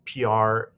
pr